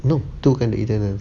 no tu bukan the eternals